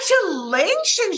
Congratulations